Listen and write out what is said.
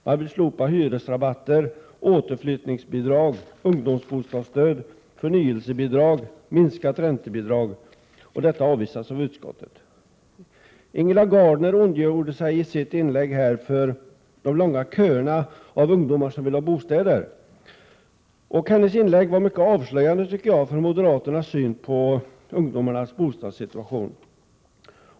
De vill slopa hyresrabatter, återflyttningsbidrag, ungdomsbostadsstöd, förnyelsebidrag och minska räntebidragen. Dessa krav avvisas av utskottet. Ingela Gardner ondgjorde sig i sitt inlägg över de långa köerna av ungdomar som vill ha bostäder. Hennes inlägg var mycket avslöjande vad gäller moderaternas syn på ungdomarnas bostadssituation.